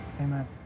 Amen